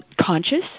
conscious